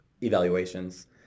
evaluations